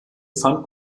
fand